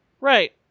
Right